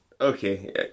Okay